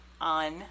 on